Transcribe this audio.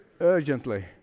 Urgently